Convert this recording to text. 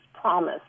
promise